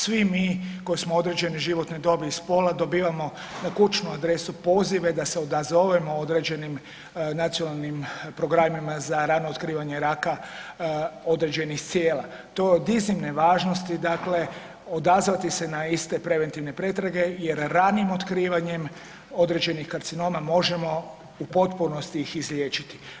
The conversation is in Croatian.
Svi mi koji smo u određenoj životnoj dobi i spola dobivamo na kućnu adresu pozive da se odazovemo određenim nacionalnim programima za rano otkrivanje raka određenih … [[Govornik se ne razumije]] To je od iznimne važnosti, dakle odazvati se na iste preventivne pretrage jer ranim otkrivanjem određenih karcinoma možemo u potpunosti ih izliječiti.